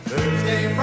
Thursday